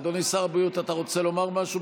אדוני שר הבריאות, אתה רוצה לומר משהו?